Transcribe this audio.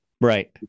Right